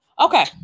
Okay